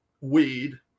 weed